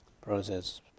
process